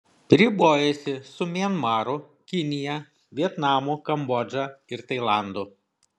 ribojasi su mianmaru kinija vietnamu kambodža ir tailandu